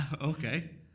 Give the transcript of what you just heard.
Okay